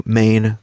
main